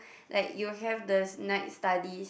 like you have the night study